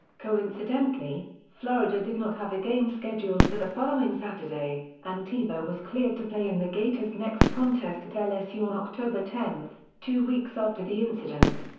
coincidentally, florida did not have a game scheduled for the following saturday, and tebow was cleared to play in the gators' next contest at lsu on october ten, two weeks after the incident.